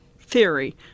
theory